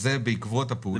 זה בעקבות הפעולות של הממשלה.